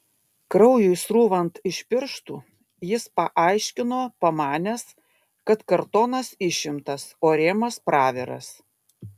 kraujui srūvant iš pirštų jis paaiškino pamanęs kad kartonas išimtas o rėmas praviras